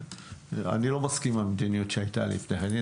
אני לא מסכים עם המדיניות שהייתה לפני כן.